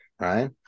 right